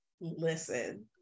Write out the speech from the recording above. Listen